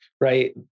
right